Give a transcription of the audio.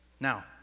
Now